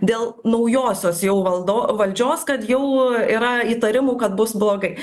dėl naujosios jau valdo valdžios kad jau yra įtarimų kad bus blogai